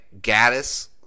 Gaddis